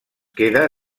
queda